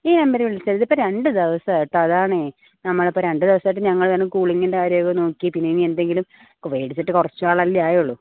ഈ നമ്പരിൽ വിളിച്ചാൽ മതി ഇത് ഇപ്പോൾ രണ്ട് ദിവസായി കേട്ടോ അതാണെ നമ്മൾ ഇപ്പോൾ രണ്ട് ദിവസമായിട്ട് ഞങ്ങൾ കൂളിംങ്ങിൻ്റെ കാര്യമൊക്കെ നോക്കി പിന്നെ ഇനി എന്തെങ്കിലും വേടിച്ചിട്ടു കുറച്ചു നാളല്ലെ ആയുള്ളൂ